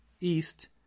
east